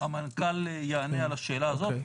המנכ"ל יענה על השאלה הזאת,